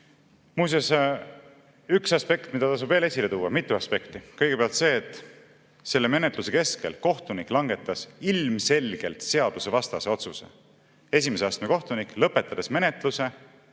üks aspekt, mida tasub veel esile tuua, õigemini mitu aspekti. Kõigepealt see, et selle menetluse kestel kohtunik langetas ilmselgelt seadusvastase otsuse – esimese astme kohtunik lõpetades menetluse.